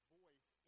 voice